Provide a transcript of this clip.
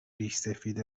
ریشسفید